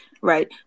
right